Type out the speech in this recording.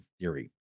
theory